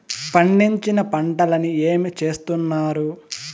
పండించిన పంటలని ఏమి చేస్తున్నారు?